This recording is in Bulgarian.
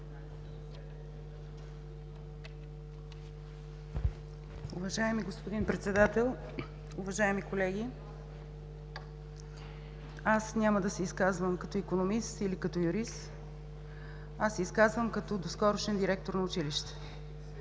Уважаеми господин Председател, уважаеми колеги, няма да се изказвам като икономист, или като юрист. Аз се изказвам като доскорошен директор на училище